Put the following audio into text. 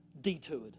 detoured